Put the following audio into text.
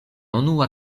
unua